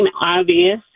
obvious